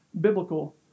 biblical